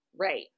Right